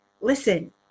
Listen